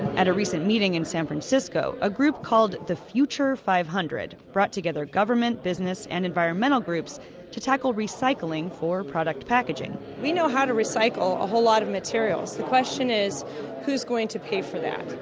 at a recent meeting in san francisco, a group called the future five hundred brought together government, business and environmental groups to tackle recycling for product packaging we know how to recycle a whole lot of materials, the question is who's going to pay for that?